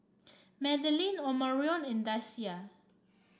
Madelyn Omarion and Deasia